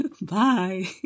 Bye